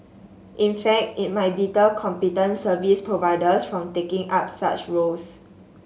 in fact it might deter competent service providers from taking up such roles